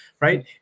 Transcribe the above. right